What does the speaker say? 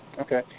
Okay